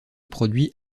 produit